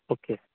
okay